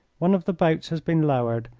one of the boats has been lowered,